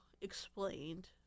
explained